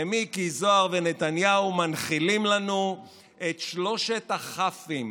ומיקי זוהר ונתניהו מנחילים לנו את שלושת הכ"פים: